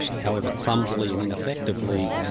however clumsily and ineffectively,